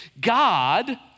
God